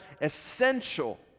essential